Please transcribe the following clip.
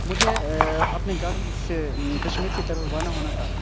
مجھے اپنے گھر سے کشمیر کی طرف روانہ ہونا تھا